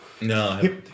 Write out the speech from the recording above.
No